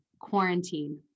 quarantine